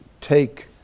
take